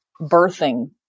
birthing